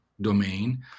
domain